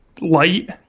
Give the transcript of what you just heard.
light